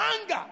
anger